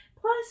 Plus